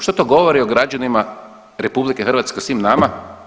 Što to govori o građanima RH, o svim nama?